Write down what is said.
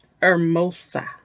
hermosa